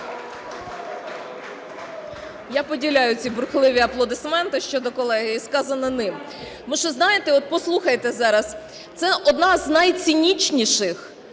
Я поділяю ці бурхливі аплодисменти щодо колеги і сказане ним. Тому що, знаєте, от послухайте зараз, це одна з найцинічніших